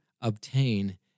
obtain